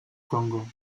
congo